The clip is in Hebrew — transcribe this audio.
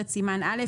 סטנדרט.